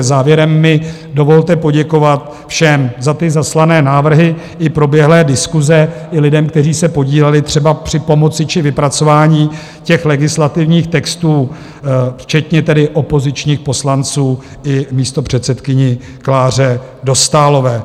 Závěrem mi dovolte poděkovat všem za zaslané návrhy i proběhlé diskuse, i lidem, kteří se podíleli třeba při pomoci či vypracování legislativních textů, včetně tedy opozičních poslanců, i místopředsedkyni Kláře Dostálové.